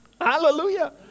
Hallelujah